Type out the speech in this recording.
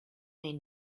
may